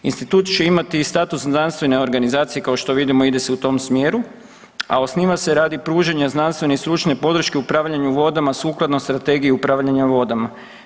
Institut će imati i status znanstvene organizacije kao što vidimo ide se u tom smjeru, a osniva se radi pružanja znanstvene i stručne podrške u upravljanju vodama sukladno Strategiji upravljanja vodama.